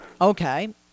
Okay